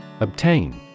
Obtain